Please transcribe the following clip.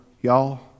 y'all